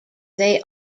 they